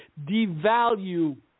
devalue